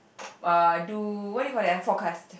uh do what you call that ah forecast